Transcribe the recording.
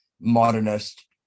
modernist